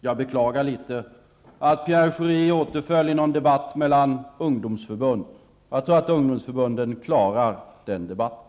Jag beklagar litet att Pierre Schori återföll till någon debatt mellan ungdomsförbund. Jag tror att ungdomsförbunden klarar debatten.